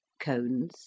cones